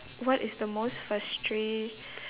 what is the most frustra~